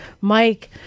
Mike